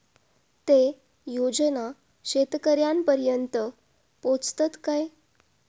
ते योजना शेतकऱ्यानपर्यंत पोचतत काय?